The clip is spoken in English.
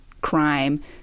crime